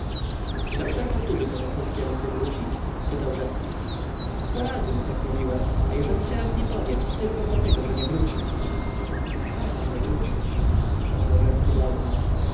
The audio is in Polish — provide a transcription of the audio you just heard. czy doktor powtórzy to wokulskiemu gdy wróci spytał rzecki sto razy mu tak mówiłem a jeżeli teraz nie powiem to tylko dlatego że nie wróci co nie ma wrócić